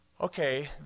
Okay